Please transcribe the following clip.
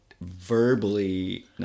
verbally